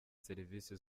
serivisi